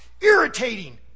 irritating